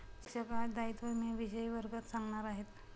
शिक्षक आज दायित्व विम्याविषयी वर्गात सांगणार आहेत